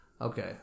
Okay